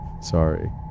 Sorry